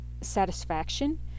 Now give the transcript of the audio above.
satisfaction